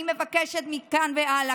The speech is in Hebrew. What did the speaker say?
אני מבקשת מכאן והלאה,